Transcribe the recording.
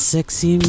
Sexy